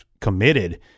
committed